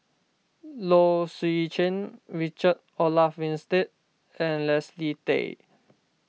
Low Swee Chen Richard Olaf Winstedt and Leslie Tay